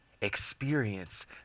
experience